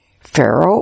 Pharaoh